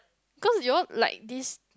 cause you all like this